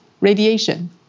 radiation